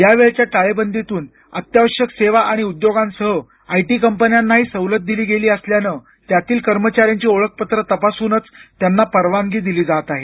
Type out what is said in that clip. यावेळच्या टाळेबंदीतून अत्यावश्यक सेवा आणि उद्योगांसह आय टी कंपन्यांनाही सवलत दिली गेली असल्यानं त्यातील कर्मचाऱ्यांची ओळखपत्र तपासूनच त्यांना परवानगी दिली जात आहे